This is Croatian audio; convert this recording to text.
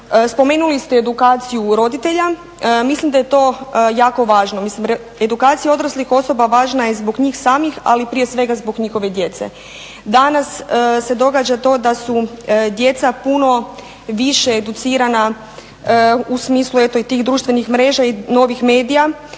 Spomenuli ste edukaciju roditelja. Mislim da je to jako važno. Mislim edukacija odraslih osoba važna je zbog njihovih samih ali prije svega zbog njihove djece. Danas se događa to da su djeca puno više educirana u smislu eto i tih društvenih mreža i novih medija